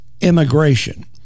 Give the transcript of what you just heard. immigration